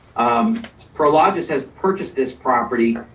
um prologis has purchased this property.